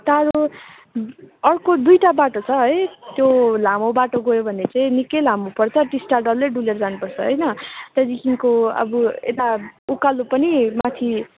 टाढो अर्को दुइटा बाटो छ है त्यो लामो बाटो गयो भने चाहिँ निकै लामो पर्छ टिस्टा डल्लै डुलेर जानुपर्छ होइन त्यहाँदेखिको अब यता उकालो पनि माथि